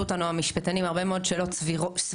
אותנו המשפטנים הרבה מאוד שאלות סבירות.